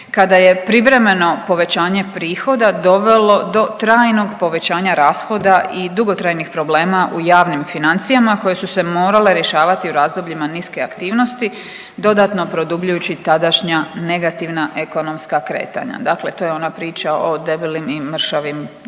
kada je privremeno povećanje prihoda dovelo do trajnog povećanja rashoda i dugotrajnih problema u javnim financijama koje su se morale rješavati u razdobljima niske aktivnosti dodatno produbljujući tadašnja negativna ekonomska kretanja. Dakle, to je ona priča o debelim i mršavim kravama.